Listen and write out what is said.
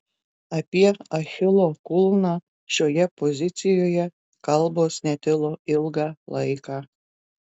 apie achilo kulną šioje pozicijoje kalbos netilo ilgą laiką